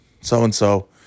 so-and-so